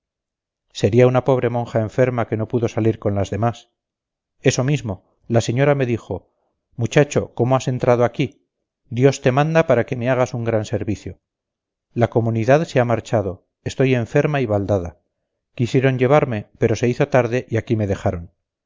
sería una pobre monja enferma que no pudo salir con las demás eso mismo la señora me dijo muchacho cómo has entrado aquí dios te manda para que me hagas un gran servicio la comunidad se ha marchado estoy enferma y baldada quisieron llevarme pero se hizo tarde y aquí me dejaron